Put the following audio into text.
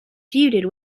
feuded